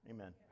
Amen